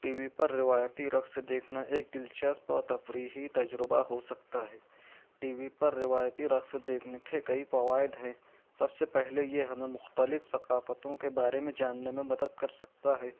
T V پر روایتی رقص دیکھنا ایک دلچسپ اور تفریحی تجربہ ہو سکتا ہے ٹی وی پر روایتی رقص دیکھنے کے کئی فوائد ہیں سب سے پہلے یہ ہمیں مختلف ثقافتوں کے بارے میں جاننے میں مدد کر سکتا ہے